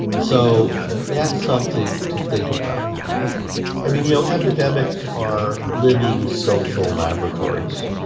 so that's something to think about right i mean, you know, epidemics are living, social laboratories.